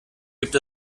gibt